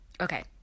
Okay